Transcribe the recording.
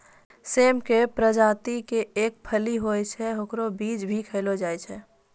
सेम के प्रजाति के एक फली होय छै, हेकरो बीज भी खैलो जाय छै